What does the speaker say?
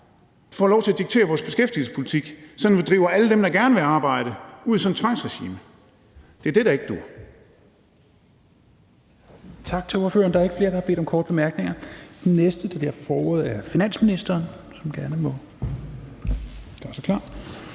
lov til at diktere vores beskæftigelsespolitik, sådan at vi driver alle dem, der gerne vil arbejde, ud i sådan et tvangsregime. Det er det, der ikke duer.